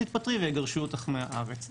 תתפטרי ויגרשו אותך מהארץ.